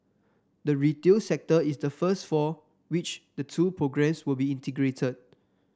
the retail sector is the first for which the two programmes will be integrated